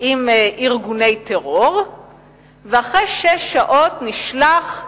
עם ארגוני טרור ואחרי שש שעות נשלח,